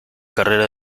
carrera